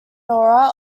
aura